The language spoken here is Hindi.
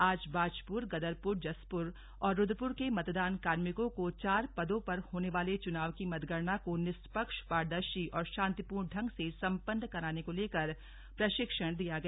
आज बाजपुर गदरपुर जसपुर और रुद्रपुर के मतदान कार्मिकों को चार पदों पर होने वाले चुनाव की मतगणना को निष्पक्षपारदर्शी और शांतिपूर्ण ढंग से संपन्न कराने को लेकर प्रशिक्षण दिया गया